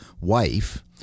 wife